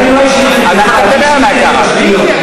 אני לא אישית נגדך, אז למה אתה מדבר אלי ככה?